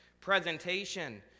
presentation